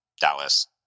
Dallas